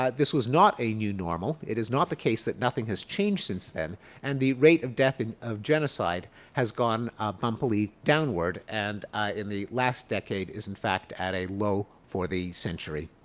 ah this was not a new normal. it is not the case that nothing has changed since then and the rate of death of genocide has gone bumpily downward and in the last decade is in fact at a low for the century.